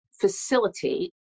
facilitate